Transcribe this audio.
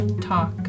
talk